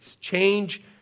Change